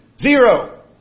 Zero